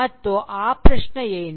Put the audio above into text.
ಮತ್ತು ಆ ಪ್ರಶ್ನೆ ಏನು